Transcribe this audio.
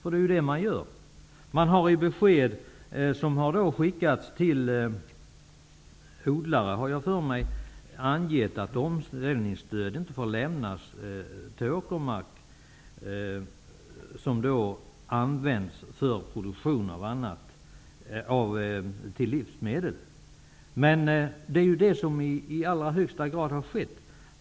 I besked som jag vill minnas har skickats till odlare har man angett att omställningsstöd inte får lämnas när det gäller åkermark som används för produktion av livsmedel. Det är detta som i allra högsta grad har skett.